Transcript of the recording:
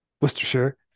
Worcestershire